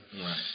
Right